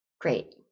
Great